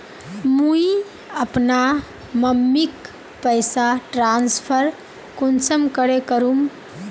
मुई अपना मम्मीक पैसा ट्रांसफर कुंसम करे करूम?